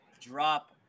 drop